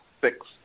six